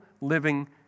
living